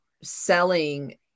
selling